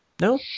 no